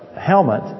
helmet